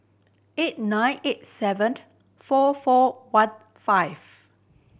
eight nine eight seven four four one five